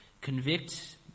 convict